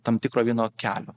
tam tikro vieno kelio